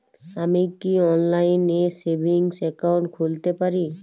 আমি কি অনলাইন এ সেভিংস অ্যাকাউন্ট খুলতে পারি?